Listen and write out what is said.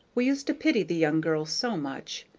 we used to pity the young girls so much.